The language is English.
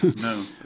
No